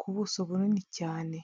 ku buso bunini cyane.